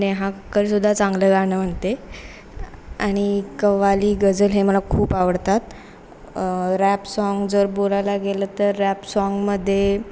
नेहा कक्करसुद्धा चांगलं गाणं म्हणते आणि कव्वाली गजल हे मला खूप आवडतात रॅप साँग जर बोलायला गेलं तर रॅप साँगमध्ये